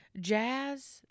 Jazz